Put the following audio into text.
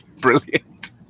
Brilliant